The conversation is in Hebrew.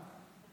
מה?